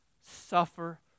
suffer